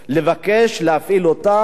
לבקש להפעיל אותה,